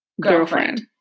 Girlfriend